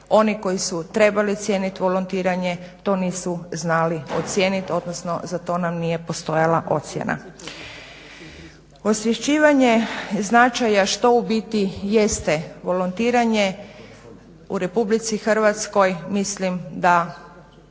oni koji su trebali cijeniti volontiranje to nisu znali ocijeniti odnosno za to nam nije postojala ocjena. Osvješćivanje značaja što u biti jeste volontiranje u RH mislim da